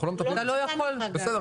אתה לא יכול --- בסדר,